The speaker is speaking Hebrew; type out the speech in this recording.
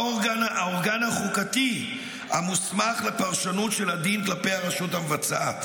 האורגן החוקתי המוסמך לפרשנות של הדין כלפי הרשות המבצעת